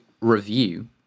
review